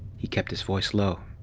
he kept his voice low.